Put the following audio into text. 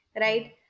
right